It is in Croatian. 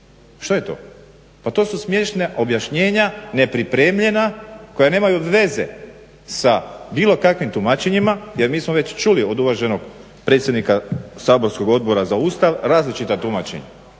Što je to? Pa to su smiješna objašnjenja, nepripremljena koja nemaju veze sa bilo kakvim tumačenjima jer mi smo već čuli od uvaženog predsjednika saborskog Odbora za Ustav različita tumačenja